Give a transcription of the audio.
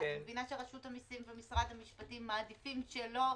אני מבינה שרשות המסים ומשרד המשפטים מעדיפים שלא,